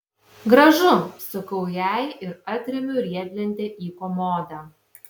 gražu sakau jai ir atremiu riedlentę į komodą